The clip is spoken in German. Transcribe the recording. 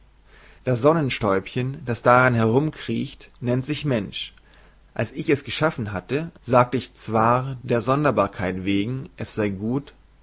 das sonnenstäubchen das daran herumkriecht nennt sich mensch als ich es geschaffen hatte sagte ich zwar der sonderbarkeit wegen es sei gut